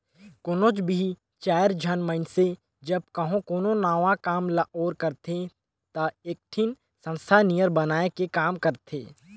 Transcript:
कोनोच भी चाएर झन मइनसे जब कहों कोनो नावा काम ल ओर करथे ता एकठिन संस्था नियर बनाए के काम करथें